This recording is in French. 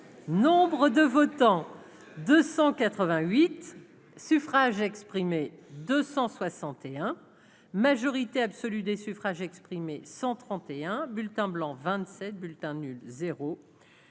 nombre de votants 288 suffrages exprimés, 261 majorité absolue des suffrages exprimés 131 bulletins blancs 27 bulletin nul 0,